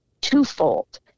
twofold